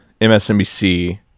MSNBC